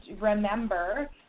remember